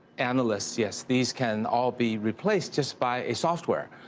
analysts, yes, these can all be replaced just by a software.